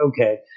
okay